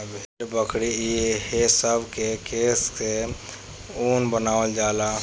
भेड़, बकरी ई हे सब के केश से ऊन बनावल जाला